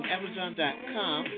Amazon.com